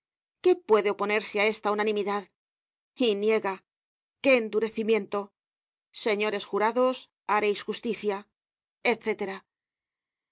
qué puede oponerse á esta unanimidad y niega qué endurecimiento señores jurados hareis justicia